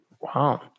Wow